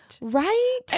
Right